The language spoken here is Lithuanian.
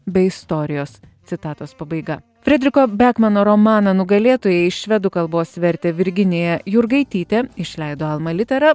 be istorijos citatos pabaiga fredriko bekmano romaną nugalėtoja iš švedų kalbos vertė virginija jurgaitytė išleido alma litera